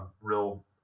real